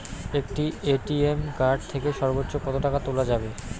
একটি ATM card থেকে সর্বোচ্চ কত টাকা তোলা যাবে?